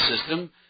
system